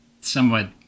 somewhat